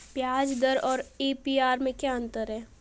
ब्याज दर और ए.पी.आर में क्या अंतर है?